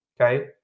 Okay